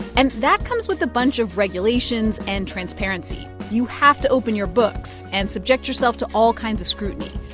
and that comes with a bunch of regulations and transparency you have to open your books and subject yourself to all kinds of scrutiny.